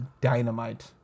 dynamite